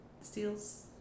steals